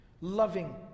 loving